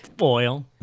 oil